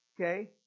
okay